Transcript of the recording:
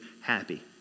happy